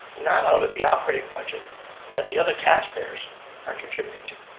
not out of the operating budget that the other taxpayers are contributing to.